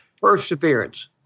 perseverance